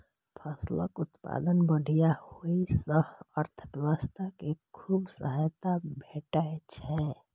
फसलक उत्पादन बढ़िया होइ सं अर्थव्यवस्था कें खूब सहायता भेटै छै